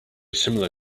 similar